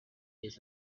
this